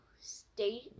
State